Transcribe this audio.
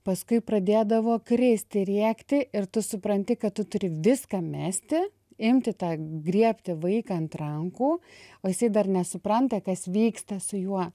paskui pradėdavo kristi rėkti ir tu supranti kad tu turi viską mesti imti tą griebti vaiką ant rankų o jisai dar nesupranta kas vyksta su juo